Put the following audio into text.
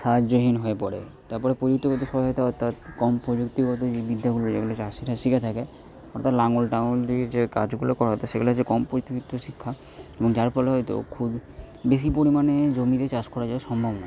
সাহায্যহীন হয়ে পড়ে তার পরে প্রযুক্তিগত সহায়তা অর্থাৎ কম প্রযুক্তিগত যে বিদ্যাগুলো যেগুলো চাষিরা শিখে থাকে অর্থাৎ লাঙল টাঙল দিয়ে যে কাজগুলো করা হতো সেগুলো হচ্ছে কম শিক্ষা এবং যার ফলে হয়তো খুব বেশি পরিমাণে জমিতে চাষ করে যাওয়া সম্ভব নয়